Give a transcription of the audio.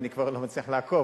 אני כבר לא מצליח לעקוב,